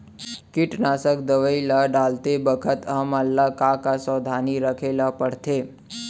कीटनाशक दवई ल डालते बखत हमन ल का का सावधानी रखें ल पड़थे?